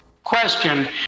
question